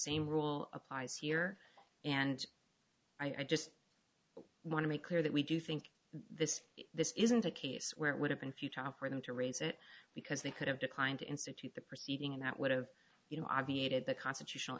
same rule applies here and i just want to make clear that we do think this is this isn't a case where it would have been few time for them to raise it because they could have declined to institute the proceeding and that would have you know obviated the constitutional